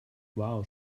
wow